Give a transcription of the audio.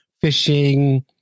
fishing